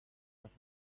off